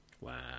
Wow